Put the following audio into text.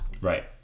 Right